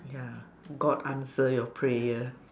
ya god answer your prayer